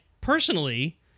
personally